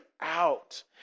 out